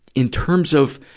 in terms of,